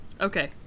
Okay